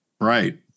Right